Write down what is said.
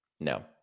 No